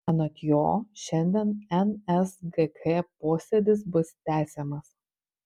anot jo šiandien nsgk posėdis bus tęsiamas